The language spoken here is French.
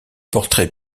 portraits